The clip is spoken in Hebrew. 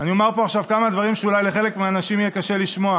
אני אומר פה עכשיו כמה דברים שאולי לחלק מהאנשים יהיה קשה לשמוע,